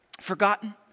Forgotten